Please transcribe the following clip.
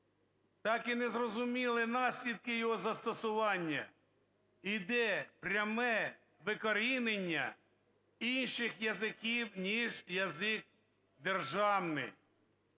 так і не зрозуміли наслідки його застосування. Іде пряме викорінення інших язиків, ніж язик державний,